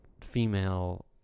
female